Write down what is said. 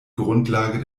grundlage